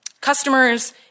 customers